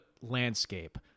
landscape